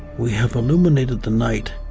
we have illuminated the night,